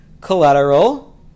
collateral